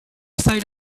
side